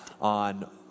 on